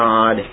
God